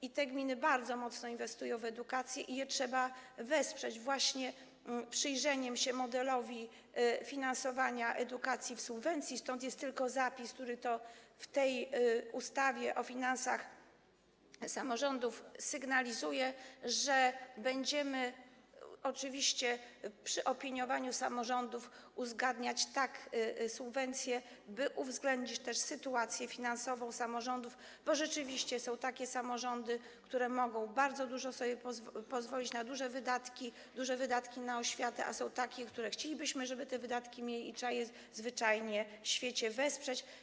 I te gminy bardzo mocno inwestują w edukację i trzeba je wesprzeć właśnie przez przyjrzenie się modelowi finansowania edukacji w ramach subwencji, stąd jest tylko zapis, który to w tej ustawie o finansach samorządów sygnalizuje, że będziemy, oczywiście przy opiniowaniu samorządów, uzgadniać tak subwencję, by uwzględnić też sytuację finansową samorządów, bo rzeczywiście są takie samorządy, które mogą bardzo dużo, mogą sobie pozwolić na duże wydatki, duże wydatki na oświatę, a są i takie, w wypadku których chcielibyśmy, żeby te wydatki miały, i trzeba je zwyczajnie w świecie wesprzeć.